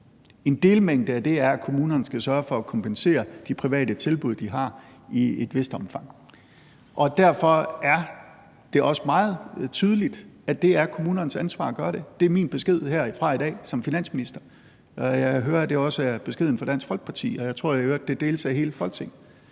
En delmængde af det er, at kommunerne i et vist omfang skal sørge for at kompensere de private tilbud, de har. Derfor er det også meget tydeligt, at det er kommunernes ansvar at gøre det. Det er min besked herfra i dag som finansminister, og jeg hører, at det også er beskeden fra Dansk Folkeparti – jeg tror i øvrigt, at det deles af hele Folketinget